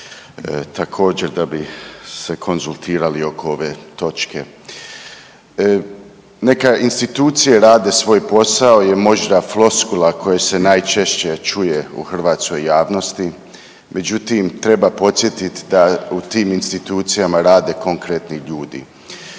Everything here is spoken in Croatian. također da bi se konzultirali oko ove točke. Neka institucije rade svoj posao je možda floskula koja se najčešće čuje u hrvatskoj javnosti, međutim treba podsjetiti da u tim institucijama rade konkretni ljudi.